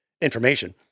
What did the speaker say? information